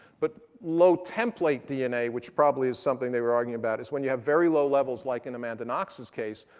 but low template dna, which probably is something they were arguing about, is when you have very low levels like in amanda knox's case,